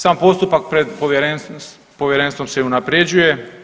Sam postupak pred povjerenstvom se i unapređuje.